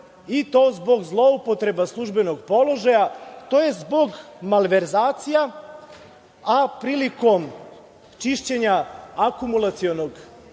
i to zbog zloupotreba službenog položaja, to je zbog malverzacija, a prilikom čišćenja akumulacionog